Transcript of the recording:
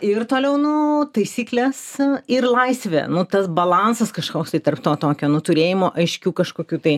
ir toliau nu taisyklės ir laisvė nu tas balansas kažkoks tai tarp to tokio nu turėjimo aiškių kažkokių tai